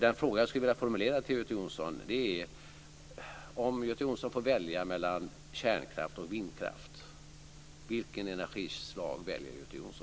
Den fråga jag skulle vilja formulera till Göte Jonsson är: Om Göte Jonsson får välja mellan kärnkraft och vindkraft, vilket energislag väljer Göte